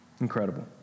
Incredible